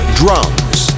drums